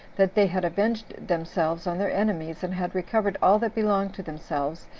that they had avenged themselves on their enemies, and had recovered all that belonged to themselves,